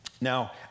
Now